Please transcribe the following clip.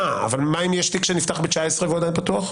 אבל מה אם יש תיק שנפתח ב-2019 והוא עדיין פתוח?